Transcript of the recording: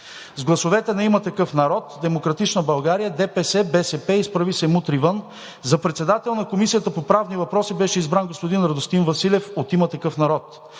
С гласовете на „Има такъв народ“, „Демократична България“, ДПС, БСП и „Изправи се! Мутри вън!“ за председател на Комисията по правни въпроси беше избран господин Радостин Василев от „Има такъв народ“.